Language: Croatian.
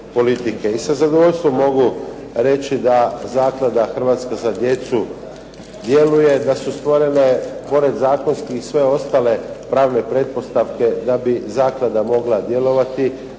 I sa zadovoljstvom mogu reći da, zato da Hrvatska za djecu djeluje, da su stvorene pored zakonskih i sve ostale pravne pretpostavke da bi zaklada mogla djelovati,